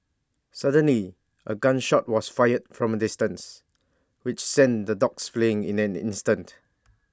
suddenly A gun shot was fired from A distance which sent the dogs fleeing in an instant